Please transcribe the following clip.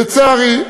לצערי,